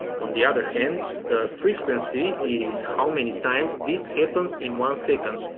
on the other hand, the frequency is how many times this happens in one second.